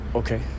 Okay